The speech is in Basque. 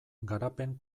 garapen